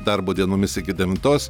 darbo dienomis iki devintos